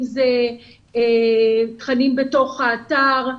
אם אלה תכנים בתוך האתר,